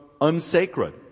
unsacred